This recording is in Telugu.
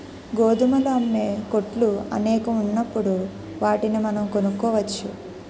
గోధుమలు అమ్మే కొట్లు అనేకం ఉన్నప్పుడు వాటిని మనం కొనుక్కోవచ్చు